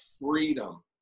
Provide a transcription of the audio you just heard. freedom